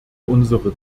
unsere